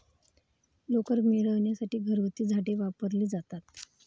लोकर मिळविण्यासाठी घरगुती झाडे वापरली जातात